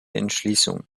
entschließung